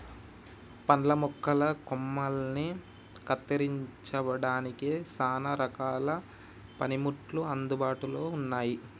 పండ్ల మొక్కల కొమ్మలని కత్తిరించడానికి సానా రకాల పనిముట్లు అందుబాటులో ఉన్నాయి